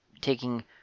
taking